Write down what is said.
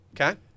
Okay